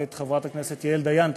ואת חברת הכנסת יעל דיין,